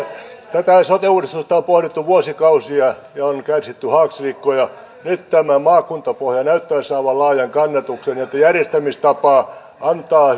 tätä sote uudistusta on pohdittu vuosikausia ja on kärsitty haaksirikkoja nyt tämä maakuntapohja näyttäisi saavan laajan kannatuksen järjestämistapa antaa